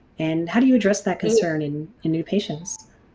and how do you address that concern in in new patients?